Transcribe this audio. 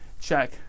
check